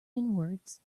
inwards